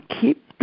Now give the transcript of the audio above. keep